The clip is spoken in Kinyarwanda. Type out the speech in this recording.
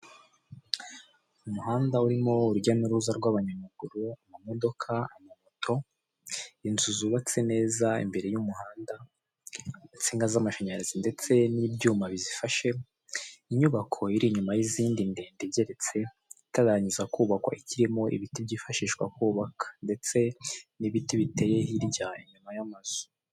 Umuhanda urimo urujya n'uruza rw'abanyamaguru, amamodoka, amamoto, inzu zubatse neza imbere y'umuhanda, insinga z'amashanyarazi ndetse n'ibyuma bizifashe, inyubako iri inyuma y'izindi ndende igeretse, itararangiza kubakwa ikirimo ibiti byifashishwa mu kubaka ndetse n'ibiti biteye hirya inyuma y'amazu.